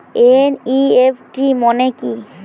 NEFT মনে কি?